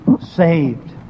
saved